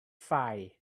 fire